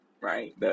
right